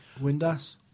Windass